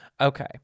okay